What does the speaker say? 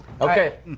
Okay